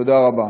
תודה רבה.